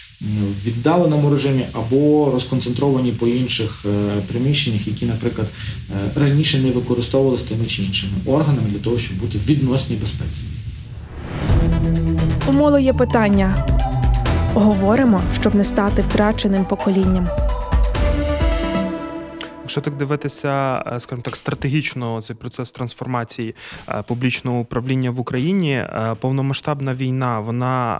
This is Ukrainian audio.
в віддаленому режимі, або розконцентровані по інших, е, приміщеннях, які, наприклад, е, раніше не використовувалися тими чи іншими органами для того, щоб бути в відносній безпеці. У молу є питання. Говоримо, щоб не стати втраченим поколінням. Якщо так дивитися, е, скажімо так, стратегічно цей процес трансформації, е, публічного управління в Україні, е, повномасштабна війна, вона